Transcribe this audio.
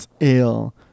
Ale